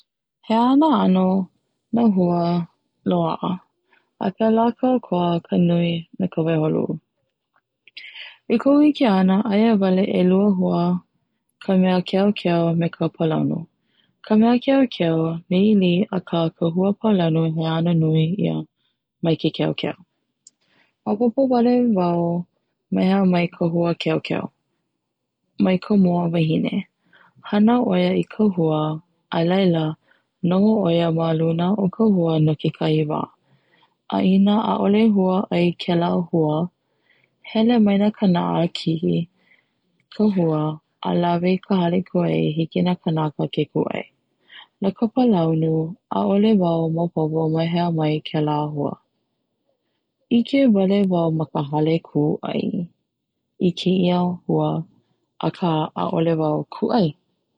He aha na ʻano na hua i loaʻa, A pehea la ka ʻokoʻa ka nui me ka waihoʻoluʻu? i koʻu ʻike ana, aia wale 2 ʻano hua ka mea keʻokeʻo me ka palaunu, ka mea keʻokeʻo